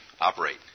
operate